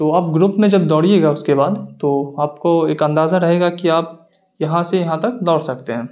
تو آپ گروپ میں جب دوڑیے گا اس کے بعد تو آپ کو ایک اندازہ رہے گا کہ آپ یہاں سے یہاں تک دوڑ سکتے ہیں